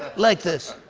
like this!